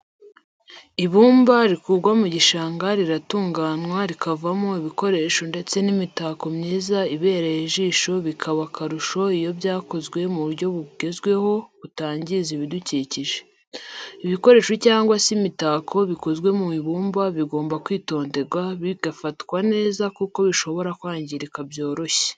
Ibumba rikurwa mu gishanga riratunganywa rikavamo ibikoresho ndetse n'imitako myiza ibereye ijisho bikaba akarusho iyo byakozwe mu buryo bugezweho butangiza ibidukikije. Ibikoresho cyangwa se imitako bikozwe mu ibumba bigomba kwitonderwa bigafatwa neza kuko bishobora kwangirika byoroshye.